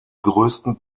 größten